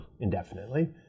indefinitely